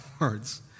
words